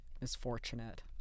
Misfortunate